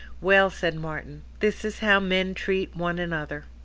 well, said martin, this is how men treat one another.